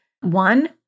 One